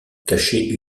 cachait